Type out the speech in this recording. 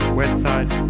website